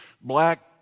black